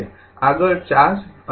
આગળ ચાર્જ અને કરંટ છે